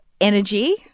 energy